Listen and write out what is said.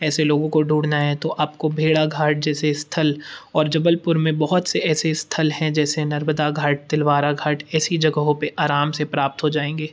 ऐसे लोगों को ढूढ़ना है तो आपको भेड़ाघाट जैसे स्थल और जबलपुर में बहुत से ऐसे स्थल हैं जैसे नर्मदा घाट तिलवारा घाट ऐसी जगहों पे आराम से प्राप्त हो जाएंगे